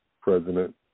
president